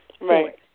Right